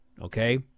Okay